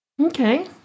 Okay